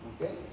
okay